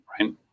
right